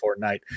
Fortnite